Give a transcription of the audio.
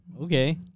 Okay